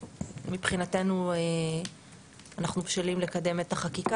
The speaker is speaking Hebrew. מבחינתנו אנחנו בשלים לקדם את החקיקה.